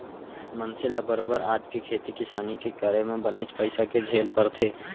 मनसे ल बरोबर आज के खेती किसानी के करे म बनेच पइसा के झेल परथे